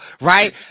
right